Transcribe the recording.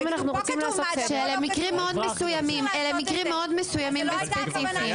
פה כתוב מד"א --- שאלה מקרים מאוד מסוימים וספציפיים.